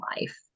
life